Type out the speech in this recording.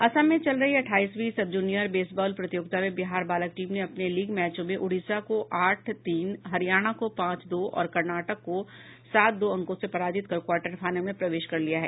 असम में चल रही अठाईसवीं सबजूनियर बेसबॉल प्रतियोगिता में बिहार बालक टीम ने अपने लीग मैचों में ओडिसा को आठ तीन हरियाणा को पांच दो और कर्नाटक को सात दो अंकों से पराजित कर क्वार्टर फाइनल में प्रवेश कर लिया है